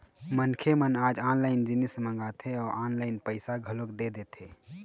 मनखे मन आज ऑनलाइन जिनिस मंगाथे अउ ऑनलाइन पइसा घलोक दे देथे